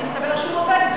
אז מסתבר שהוא עובד,